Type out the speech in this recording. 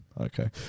Okay